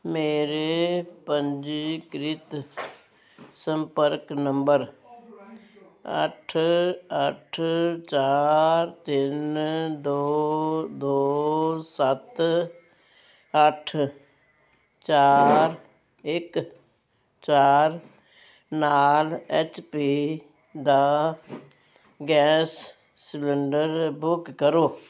ਮੇਰੇ ਪੰਜੀਕ੍ਰਿਤ ਸੰਪਰਕ ਨੰਬਰ ਅੱਠ ਅੱਠ ਚਾਰ ਤਿੰਨ ਦੋ ਦੋ ਸੱਤ ਅੱਠ ਚਾਰ ਇੱਕ ਚਾਰ ਨਾਲ ਐਚ ਪੀ ਦਾ ਗੈਸ ਸਿਲੰਡਰ ਬੁੱਕ ਕਰੋ